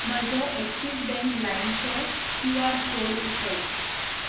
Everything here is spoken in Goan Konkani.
म्हजो एक्सिस बँक लाइमचो क्यू आर कोड उगड